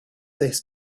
this